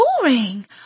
boring